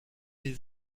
les